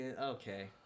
okay